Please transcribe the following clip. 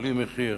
בלי מחיר,